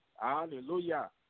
Hallelujah